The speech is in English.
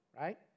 Right